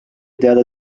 teada